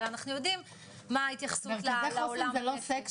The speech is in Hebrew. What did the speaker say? הרי אנחנו יודעים מה ההתייחסות לעולם --- זה לא סקסי,